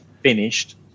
finished